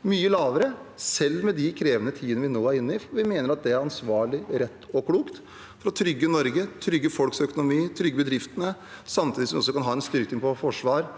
som er mye lavere, selv i de krevende tidene vi nå er inne i. Vi mener at det er ansvarlig, rett og klokt – for å trygge Norge, trygge folks økonomi og trygge bedriftene, samtidig som vi kan ha en styrking av forsvar,